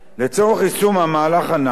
לצורך יישום המהלך הנ"ל